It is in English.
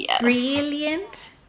Brilliant